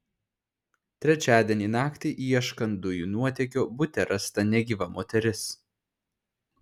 trečiadienį naktį ieškant dujų nuotėkio bute rasta negyva moteris